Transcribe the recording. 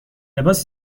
لباس